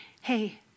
Hey